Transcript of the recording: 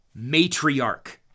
matriarch